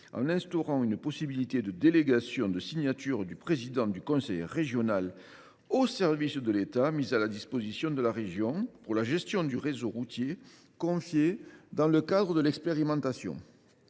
en instaurant une possibilité de délégation de signature du président du conseil régional au service de l’État mis à la disposition de la région pour la gestion du réseau routier confié dans le cadre de l’expérimentation.